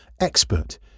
expert